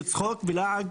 זה צחוק ולעג.